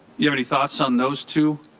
you have any thoughts on those two